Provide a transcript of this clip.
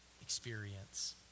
experience